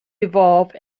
evolve